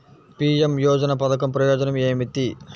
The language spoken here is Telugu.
పీ.ఎం యోజన పధకం ప్రయోజనం ఏమితి?